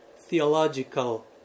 theological